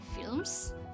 films